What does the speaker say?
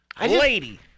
lady